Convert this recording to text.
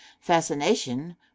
fascination